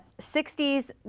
60s